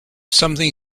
something